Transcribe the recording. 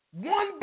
one